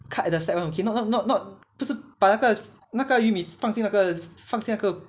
cut at the side [one] okay not not not 不是把那个那个玉米放进那个那个